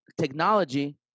technology